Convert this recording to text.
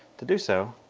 to do so,